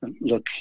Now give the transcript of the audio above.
look